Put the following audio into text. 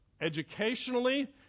Educationally